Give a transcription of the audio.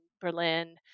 Berlin